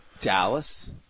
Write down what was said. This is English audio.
Dallas